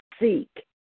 Seek